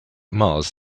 mars